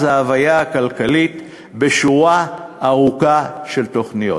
ההוויה הכלכלית בשורה ארוכה של תוכניות.